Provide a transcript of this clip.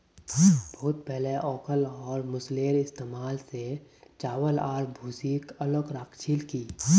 बहुत पहले ओखल और मूसलेर इस्तमाल स चावल आर भूसीक अलग राख छिल की